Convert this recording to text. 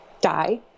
die